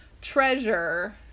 treasure